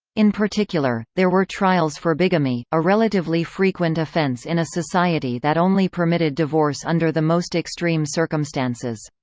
in particular, there were trials for bigamy, a relatively frequent offence in a society that only permitted divorce under the most extreme circumstances.